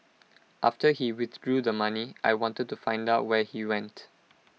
after he withdrew the money I wanted to find out where he went